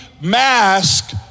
mask